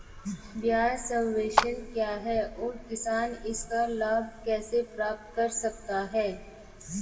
ब्याज सबवेंशन क्या है और किसान इसका लाभ कैसे प्राप्त कर सकता है?